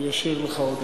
אני אשאיר לך עודף.